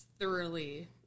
Thoroughly